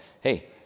Hey